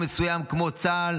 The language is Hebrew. מבוטח,